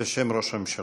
בשם ראש הממשלה.